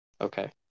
Okay